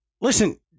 listen